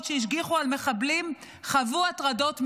שהשגיחו על מחבלים חוו הטרדות מיניות.